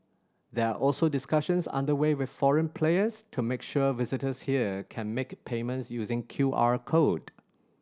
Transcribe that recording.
there are also discussions under way with foreign players to make sure visitors here can make payments using Q R code